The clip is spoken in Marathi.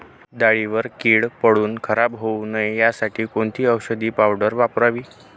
डाळीवर कीड पडून खराब होऊ नये यासाठी कोणती औषधी पावडर वापरावी?